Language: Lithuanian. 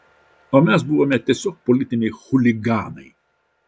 o mes buvome tiesiog politiniai chuliganai